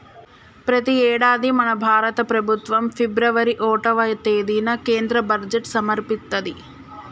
ప్రతి యేడాది మన భారత ప్రభుత్వం ఫిబ్రవరి ఓటవ తేదిన కేంద్ర బడ్జెట్ సమర్పిత్తది